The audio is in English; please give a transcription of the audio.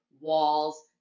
walls